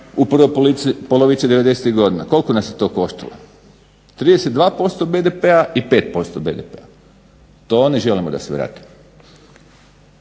devedesetih godina, koliko nas je to koštalo? 32% BDP-a i 5% BDP-a, to ne želimo da se vrati.